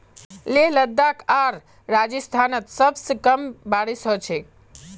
लेह लद्दाख आर राजस्थानत सबस कम बारिश ह छेक